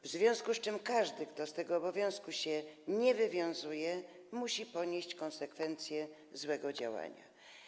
W związku z tym każdy, kto z tego obowiązku się nie wywiązuje, musi ponieść konsekwencje takiego złego działania.